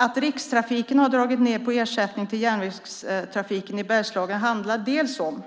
Att Rikstrafiken har dragit ned ersättningen till järnvägstrafiken i Bergslagen handlar om,